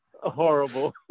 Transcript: Horrible